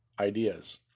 ideas